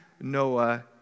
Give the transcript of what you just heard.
Noah